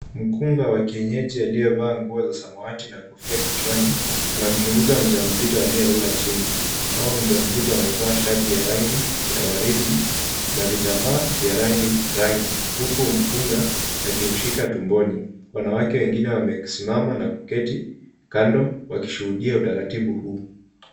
Mkunga wa kienyeji aliyevaa nguo za samawati na kofia kichwani, anamchunguza mjamzito aliyelala chini. Mama mjamzito amevaa shati ya rangi ya waridi na vitambaa vya rangi rangi, huku mkunga akimshika tumboni. Wanawake wengine wamesimama na kuketi kando wakishuhudia utaratibu huu.